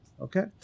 okay